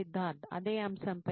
సిద్ధార్థ్ అదే అంశంపై